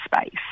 space